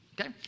Okay